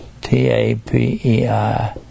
T-A-P-E-I